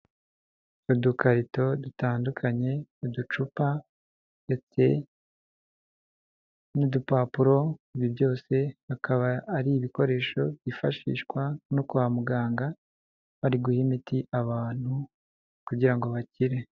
Udukarito dutandukanye uducupa ndetse n'udupapuro ibi byosekaba ari ibikoresho byifashishwa no kwa muganga bari guha imiti abantu kugira ngo bakire.